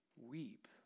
weep